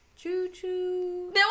Choo-choo